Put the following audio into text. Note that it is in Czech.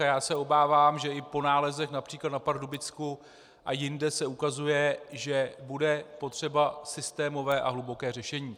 Já se obávám, že i po nálezech například na Pardubicku a jinde se ukazuje, že bude potřeba systémové a hluboké řešení.